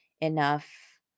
enough